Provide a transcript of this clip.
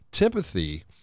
empathy